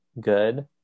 good